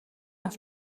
авч